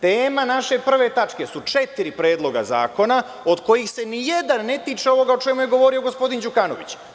Tema naše prve tačke su četiri predloga zakona, od kojih se nijedan ne tiče onoga o čemu je govorio gospodin Đukanović.